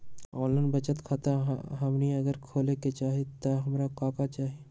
Online बचत खाता हमनी अगर खोले के चाहि त हमरा का का चाहि?